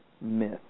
myth